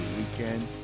weekend